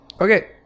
Okay